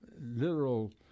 literal